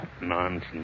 nonsense